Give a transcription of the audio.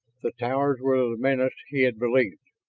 the towers were the menace he had believed.